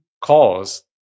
cause